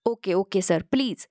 okay okay sir please